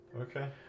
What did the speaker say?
Okay